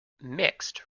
mixed